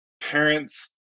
parents